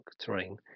terrain